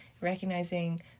recognizing